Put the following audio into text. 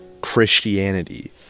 Christianity